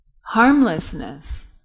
harmlessness